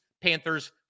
Panthers